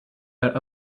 out